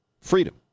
freedom